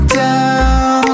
down